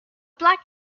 black